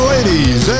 Ladies